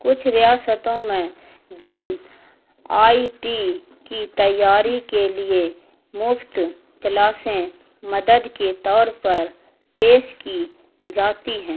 کچھ ریاستوں میں جن آئی ٹی کی تیاری کے لیے مفت کلاسیں مدد کے طور پر پیش کی جاتی ہیں